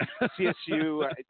CSU